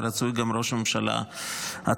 ורצוי גם ראש הממשלה עצמו.